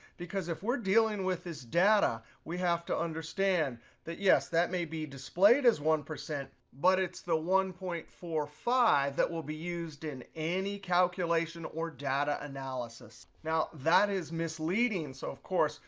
because if we're dealing with this data, we have to understand that, yes that may be displayed as one, but it's the one point four five that will be used in any calculation or data analysis. now, that is misleading. so of course,